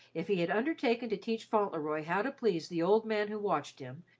if he had undertaken to teach fauntleroy how to please the old man who watched him,